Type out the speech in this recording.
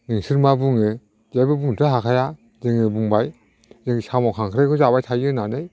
नोंसोर मा बुङो जेबो बुंनोथ' हाखाया जों बुंबाय जों साम' खांख्रायखौ जाबाय थायो होननानै